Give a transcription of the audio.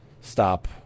stop